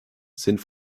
sind